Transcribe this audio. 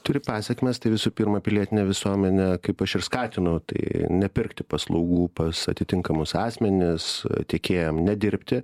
turi pasekmes tai visų pirma pilietinė visuomenė kaip aš ir skatinu tai nepirkti paslaugų pas atitinkamus asmenis tiekėjam nedirbti